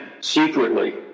secretly